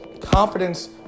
Confidence